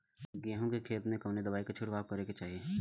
गेहूँ के खेत मे कवने दवाई क छिड़काव करे के चाही?